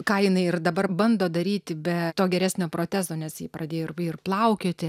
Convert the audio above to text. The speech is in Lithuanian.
ką jinai ir dabar bando daryti be to geresnio protezo nes ji pradėjo ir ir plaukioti